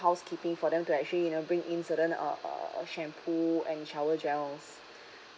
housekeeping for them to actually you know bring in certain uh uh shampoo and shower gels